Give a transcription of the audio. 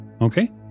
Okay